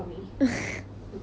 mm